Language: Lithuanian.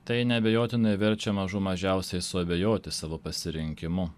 tai neabejotinai verčia mažų mažiausiai suabejoti savo pasirinkimu